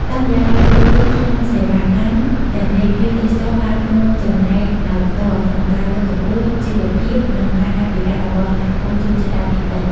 តាមរយៈការចូលរួមក្នុងសេវាកម្មទាំងនេះ ភ្ញៀវទេសចរបានរួមចំណែកដោយផ្ទាល់ក្នុងការលើកកម្ពស់ ជីវភាព និងការអភិរក្សរបស់សហគមន៍ជនជាតិដើមភាគតិច។